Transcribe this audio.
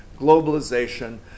globalization